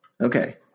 Okay